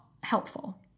helpful